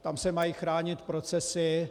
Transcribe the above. Tam se mají chránit procesy.